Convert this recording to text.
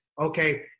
Okay